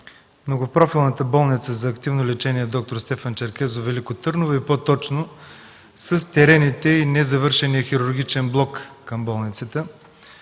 Многопрофилната болница за активно лечение „Д-р Стефан Черкезов” – град Велико Търново, и по-точно с терените и незавършения хирургичен блок към болницата.